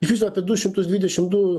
iš viso apie du šimtus dvidešim du